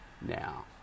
now